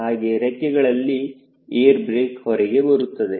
ಹಾಗೆ ರೆಕ್ಕೆಗಳಲ್ಲಿ air brake ಹೊರಗೆ ಬರುತ್ತದೆ